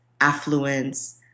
affluence